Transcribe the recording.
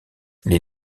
les